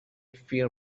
fear